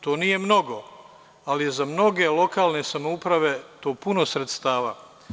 To nije mnogo, ali je za mnoge lokalne samouprave to puno sredstava.